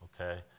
Okay